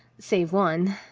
save one.